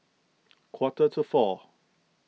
quarter to four